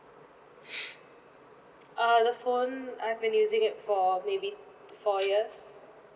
uh the phone I've been using it for maybe four years